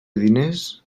diners